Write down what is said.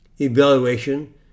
evaluation